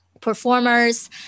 performers